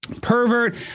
pervert